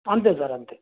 అంతే సార్ అంతే